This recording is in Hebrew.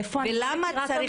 איפה אני לא מכירה את המקרה.